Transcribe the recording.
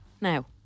Now